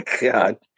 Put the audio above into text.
God